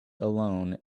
alone